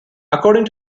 according